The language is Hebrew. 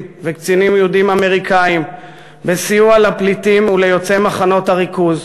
וקצינים יהודים אמריקנים בסיוע לפליטים וליוצאי מחנות הריכוז